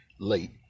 Late